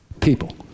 people